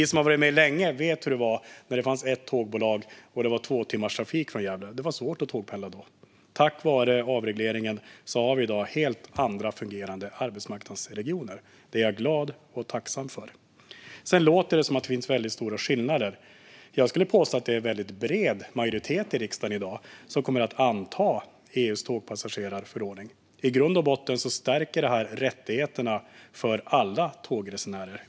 Vi som har varit med länge vet hur det var när det fanns ett tågbolag och det var tvåtimmarstrafik från Gävle. Det var svårt att tågpendla då. Tack vare avregleringen har vi i dag helt andra fungerande arbetsmarknadsregioner. Det är jag glad och tacksam för. Sedan låter det som om det fanns väldigt stora skillnader. Jag skulle påstå att det är en väldigt bred majoritet i riksdagen i dag som kommer att anta EU:s tågpassagerarförordning. I grund och botten stärker den rättigheterna för alla tågresenärer.